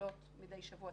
גדלות מדי שבוע.